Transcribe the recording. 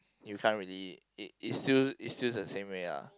you can't really it it still it still the same way lah